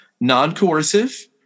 non-coercive